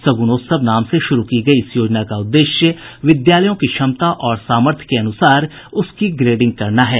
सगुनोत्सव नाम से शुरू की गयी इस योजना का उद्देश्य विद्यालयों की क्षमता और सामर्थ्य के अनुसार उसकी ग्रेडिंग करना है